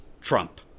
Trump